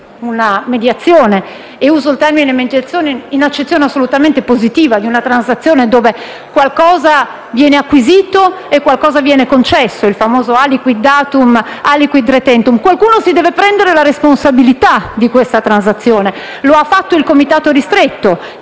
una mediazione - e uso il termine nell'accezione assolutamente positiva di transazione in cui qualcosa viene acquisito e qualcosa viene concesso; il famoso *aliquid datum, aliquid retentum* - qualcuno deve prendersi la responsabilità della transazione. Lo ha fatto il Comitato ristretto